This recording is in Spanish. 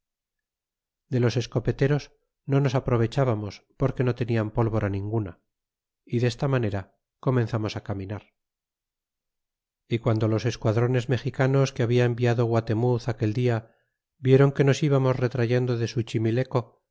de los escoim peteros no nos aprovechábamos porque no tenian pólvora ninguna y desta manera comenzamos á caminar y quando los esquadrones mexicanos que habla enviado guatemuz aquel dia viéron que nos íbamos retrayendo de